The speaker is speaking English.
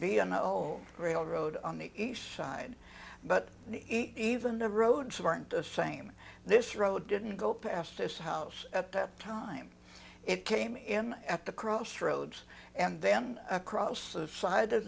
no railroad on the east side but even the roads aren't the same this road didn't go past this house at that time it came in at the crossroads and then across a side of